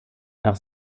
nach